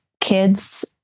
kids